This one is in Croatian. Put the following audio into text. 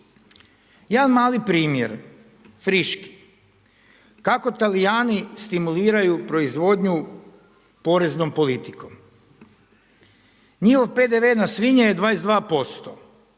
Jedan mali primjer, friški, kako Talijani stimuliraju proizvodnju poreznom politikom. Njihov PDV na svinje je 22%.